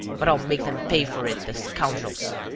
but i'll make them pay for it, the scoundrels.